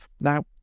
Now